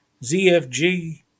ZFG